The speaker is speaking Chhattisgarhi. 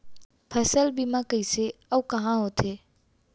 फसल बीमा कइसे अऊ कहाँ होथे?